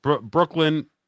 Brooklyn